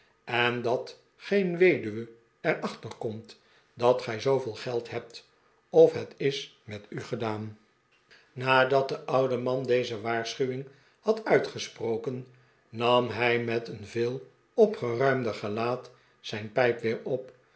en dat geen weduwe er achter komt dat gij zooveel geld hebt of het is met u gedaan nadat de oude man deze waarschuwing had uitgesproken nam hij met een veel opgeruimder gelaat zijn pijp weer op